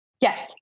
Yes